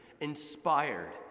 inspired